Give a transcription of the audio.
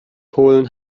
holen